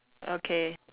okay